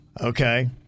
Okay